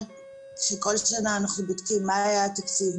כשכל שנה אנחנו בודקים מה היה התקציב,